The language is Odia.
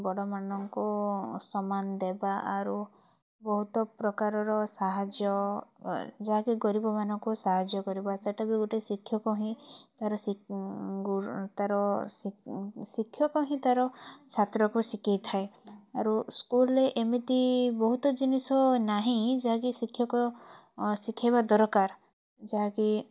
ବଡ଼ମାନଙ୍କୁ ସମ୍ମାନ ଦେବା ଆରୁ ବହୁତ ପ୍ରକାରର ସାହାଯ୍ୟ ଯାହାକି ଗରିବମାନଙ୍କୁ ସାହାଯ୍ୟ କରିବା ସେଇଟା ବି ଗୋଟେ ଶିକ୍ଷକ ହିଁ ତାର ଶି ଗୁରୁ ତାର ଶିକ୍ ଶିକ୍ଷକ ହିଁ ତାର ଛାତ୍ରକୁ ଶିକେଇଥାଏ ଆରୁ ସ୍କୁଲ୍ରେ ଏମିତି ବହୁତ୍ ଜିନିଷ ନାହିଁ ଯାହାକି ଶିକ୍ଷକ ଶିଖେଇବା ଦରକାର ଯାହାକି